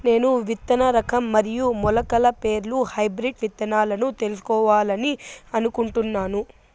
నేను విత్తన రకం మరియు మొలకల పేర్లు హైబ్రిడ్ విత్తనాలను తెలుసుకోవాలని అనుకుంటున్నాను?